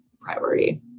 priority